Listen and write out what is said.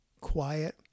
quiet